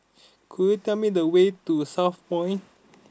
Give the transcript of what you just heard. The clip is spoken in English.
could you tell me the way to Southpoint